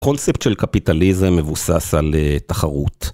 קונספט של קפיטליזם מבוסס על תחרות.